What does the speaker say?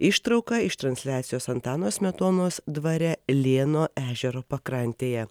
ištrauka iš transliacijos antano smetonos dvare lėno ežero pakrantėje